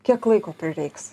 kiek laiko prireiks